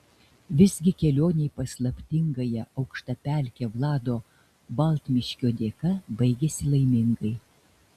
visgi kelionė į paslaptingąją aukštapelkę vlado baltmiškio dėka baigėsi laimingai